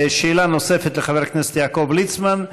שאלה נוספת לחבר הכנסת יעקב ליצמן,